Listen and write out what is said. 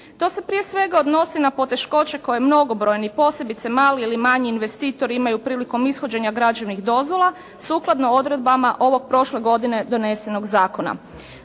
To se prije svega odnosi na poteškoće koje mnogobrojni posebice mali ili manji investitori imaju prilikom ishođenja građevnih dozvola sukladno odredbama ovog prošle godine donesenog zakona.